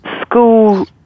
school